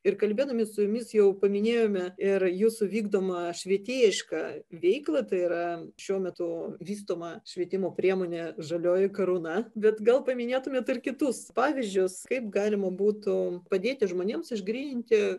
ir kalbėdami su jumis jau paminėjome ir jūsų vykdomą švietėjišką veiklą tai yra šiuo metu vystoma švietimo priemonė žalioji karūna bet gal paminėtumėt ir kitus pavyzdžius kaip galima būtų padėti žmonėms išgryninti